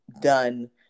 done